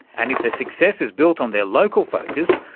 and if their success is built on their local focus,